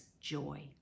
joy